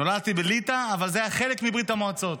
נולדתי בליטא, אבל זה היה חלק מברית המועצות.